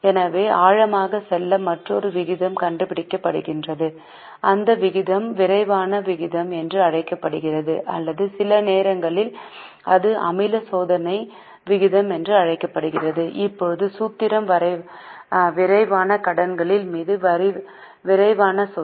எனவே ஆழமாகச் செல்ல மற்றொரு விகிதம் கணக்கிடப்படுகிறது அந்த விகிதம் விரைவான விகிதம் என்று அழைக்கப்படுகிறது அல்லது சில நேரங்களில் அது அமில சோதனை விகிதம் என்று அழைக்கப்படுகிறது இப்போது சூத்திரம் விரைவான கடன்களின் மீது விரைவான சொத்து